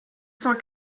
cent